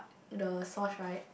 the sauce right